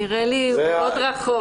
נראה לי מאוד רחוק.